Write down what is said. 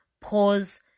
pause